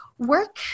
work